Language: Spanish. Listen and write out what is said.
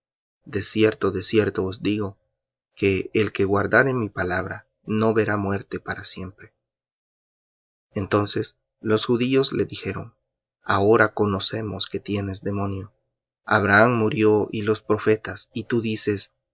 de cierto os digo que el que guardare mi palabra no verá muerte para siempre entonces los judíos le dijeron ahora conocemos que tienes demonio abraham murió y los profetas y tú dices